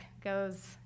goes